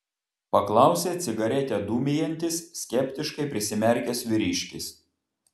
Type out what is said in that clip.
paklausė cigaretę dūmijantis skeptiškai prisimerkęs vyriškis